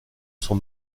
son